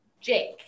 Jake